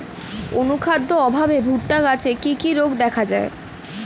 অনুখাদ্যের অভাবে ভুট্টা গাছে কি কি রোগ দেখা যায়?